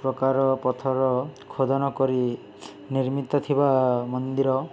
ପ୍ରକାର ପଥର ଖୋଦନ କରି ନିର୍ମିତ ଥିବା ମନ୍ଦିର